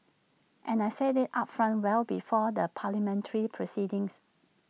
and I said IT upfront well before the parliamentary proceedings